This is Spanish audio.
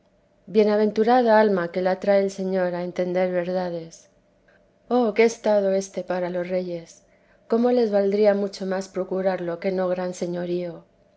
bienaventurada alma que la trae el señor a entender verdades oh qué estado éste para los reyes cómo les valdría mucho más procurarlo que no gran señorío